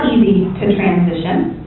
to transition